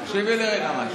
תקשיבי לי רגע.